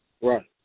Right